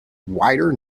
wider